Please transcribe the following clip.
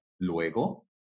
Luego